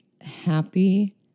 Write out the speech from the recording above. happy